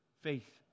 Faith